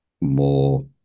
more